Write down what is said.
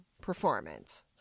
performance